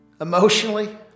emotionally